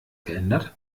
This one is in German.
geändert